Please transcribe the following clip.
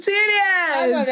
Serious